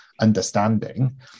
understanding